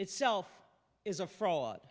itself is a fraud